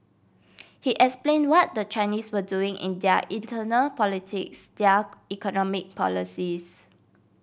he explained what the Chinese were doing in their internal politics their economic policies